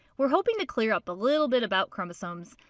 we're hoping to clear up a little bit about chromosomes.